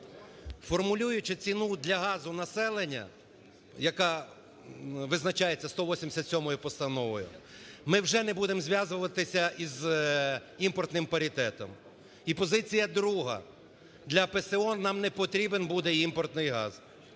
Формулюючи ціну для газу населенню, яка визначається 187 Постановою, ми вже не будемо зв'язуватися із імпортним паритетом. І позиція друга. Для ПСО нам не потрібен буде імпортний газ.